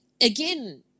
again